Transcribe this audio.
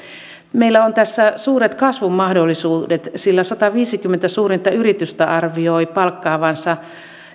meillä on tässä suuret kasvun mahdollisuudet sillä sataviisikymmentä suurinta yritystä arvioi palkkaavansa